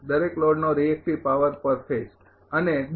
દરેક લોડનો reactive power પર ફેઝ અને ડી